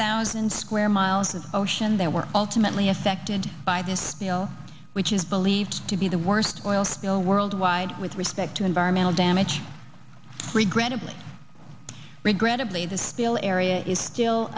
thousand square miles of ocean there were ultimately a say did by this bill which is believed to be the worst oil spill worldwide with respect to environmental damage regrettably regrettably the spill area is still